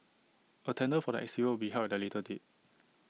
A tender for the exterior will be held at A later date